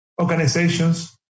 organizations